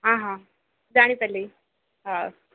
ହଁ ହଁ ଜାଣିପାରିଲି ହଉ